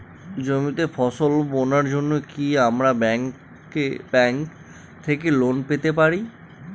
জমিতে ফসল বোনার জন্য কি আমরা ব্যঙ্ক থেকে লোন পেতে পারি?